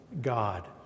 God